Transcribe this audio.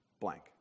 Blank